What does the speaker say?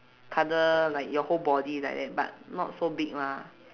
cuddle like your whole body like that but not so big lah